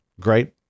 great